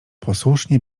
posłusznie